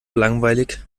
langweilig